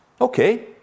okay